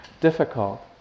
difficult